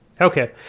okay